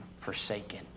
forsaken